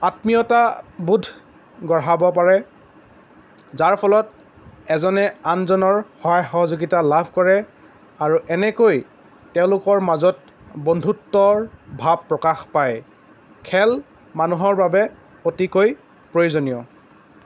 আত্মীয়তাবোধ গঢ়াব পাৰে যাৰ ফলত এজনে আনজনৰ সহায় সহযোগিতা লাভ কৰে আৰু এনেকৈ তেওঁলোকৰ মাজত বন্ধুত্বৰ ভাৱ প্ৰকাশ পায় খেল মানুহৰ বাবে অতিকৈ প্ৰয়োজনীয়